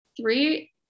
three